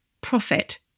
Profit